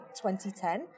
2010